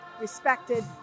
respected